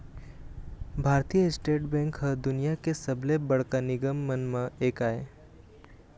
भारतीय state bank ह दुनिया के सबले बड़का निगम मन म एक आय